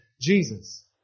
Jesus